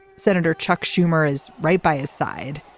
senator chuck schumer is right by his side.